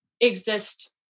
exist